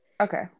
okay